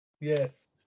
yes